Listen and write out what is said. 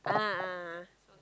a'ah a'ah